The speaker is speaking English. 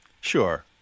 Sure